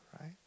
right